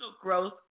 growth